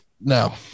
No